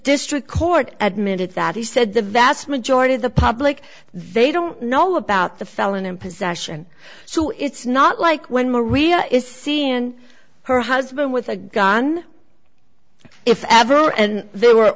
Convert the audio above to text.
district court admitted that he said the vast majority of the public they don't know about the felon in possession so it's not like when maria is seeing her husband with a gun if ever and there were